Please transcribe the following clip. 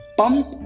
pump